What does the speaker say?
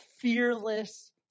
fearless